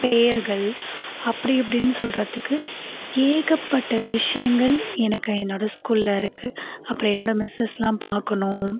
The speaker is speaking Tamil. பெயர்கள் அப்படி இப்படின்னு சொல்கிறதுக்கு ஏகப்பட்ட விஷியங்கள் எனக்கு என்னோடய ஸ்கூல்ல இருக்குது அப்றம் என்னோடய மிஸ்ஸஸ்லாம் பார்க்கணும்